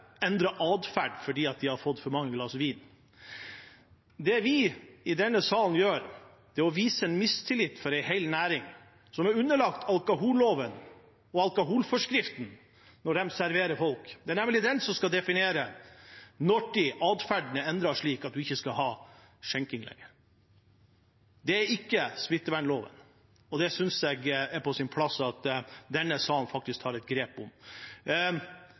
adferd fordi de har fått for mange glass vin. Det vi i denne salen gjør, er å vise mistillit overfor en hel næring, som er underlagt alkoholloven og alkoholforskriften når den serverer folk. Det er nemlig den som skal definere når adferden er endret slik at man ikke skal ha skjenking lenger. Det er ikke smittevernloven, og det synes jeg det er på sin plass at denne salen faktisk tar et grep om.